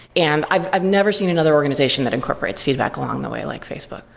and i've i've never seen another organization that incorporates feedback along the way like facebook.